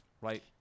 right